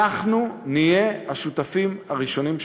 אנחנו נהיה השותפים הראשונים שלך.